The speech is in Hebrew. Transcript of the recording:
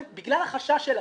אין גם שלט של שם המשפחה שלו.